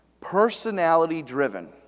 Personality-driven